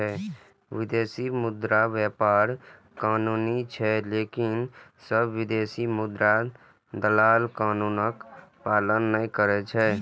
विदेशी मुद्रा व्यापार कानूनी छै, लेकिन सब विदेशी मुद्रा दलाल कानूनक पालन नै करै छै